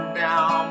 down